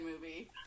movie